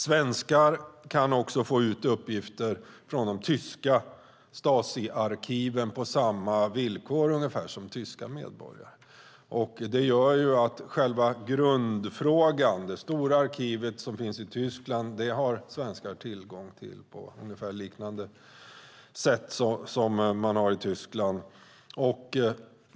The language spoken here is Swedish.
Svenskar kan också få ut uppgifter från de tyska Stasiarkiven på ungefär samma villkor som tyska medborgare. När det gäller själva grundfrågan om det stora arkivet som finns i Tyskland har svenskar tillgång till det på ungefär samma sätt som man har i Tyskland.